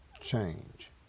change